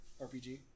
RPG